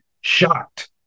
shocked